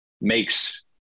makes